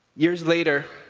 years later,